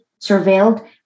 surveilled